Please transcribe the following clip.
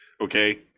Okay